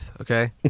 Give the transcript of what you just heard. okay